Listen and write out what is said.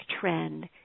trend